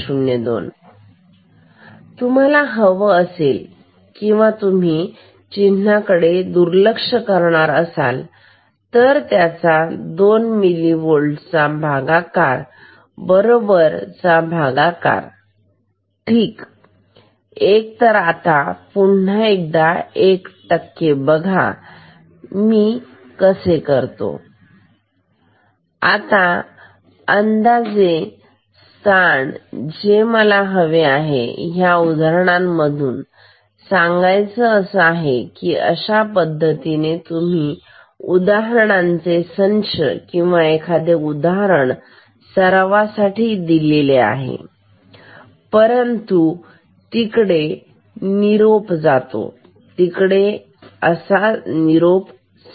02 तुम्हाला हवा असेल किंवा तुम्ही चिन्हा कडे दुर्लक्ष करणार असाल तर त्याचा दोन मिनीहोल्ट चा भागाकार बरोबर चा भागाकार ठीक एक तर आता पुन्हा एकदा एक टक्के बघा मी कसे करतो आता अंदाजे स्थान जे मला हवे आहे या उदाहरणांमधून सांगण्याचे हे अशा पद्धतीने तुम्ही उदाहरणांचे संच किंवा एखादे उदाहरण सरावासाठी दिले आहे परंतु तिकडे निरोप जातो तिकडे निरोप आहे